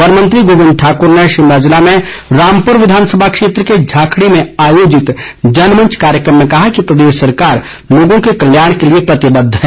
वनमंत्री गोविंद ठाकुर ने शिमला जिले में रामपुर विधानसभा क्षेत्र के झाकड़ी में आयोजित जनमंच कार्यक्रम में कहा कि प्रदेश सरकार लोगों के कल्याण के लिए प्रतिबद्ध है